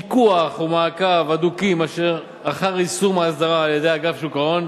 פיקוח ומעקב הדוקים אחר יישום ההסדרה על-ידי אגף שוק ההון,